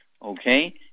Okay